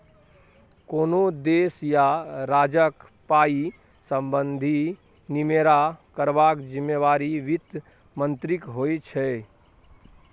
कोनो देश या राज्यक पाइ संबंधी निमेरा करबाक जिम्मेबारी बित्त मंत्रीक होइ छै